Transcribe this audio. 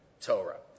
Torah